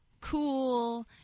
cool